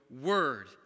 word